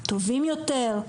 טובים יותר?